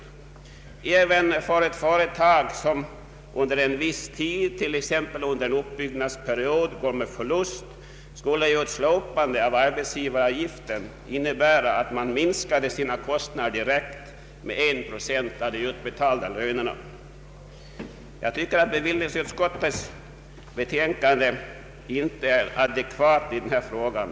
även för ett företag som under en viss tid, t.ex. en uppbyggnadsperiod, går med förlust skulle ju ett slopande av arbetsgivaravgiften innebära att man minskade sina kostnader direkt med en procent av de utbetalda lönerna. Jag tycker därför att bevillningsutskottets betänkande i denna fråga inte är adekvat.